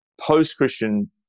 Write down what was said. Post-Christian